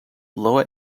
lower